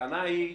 הטענה היא,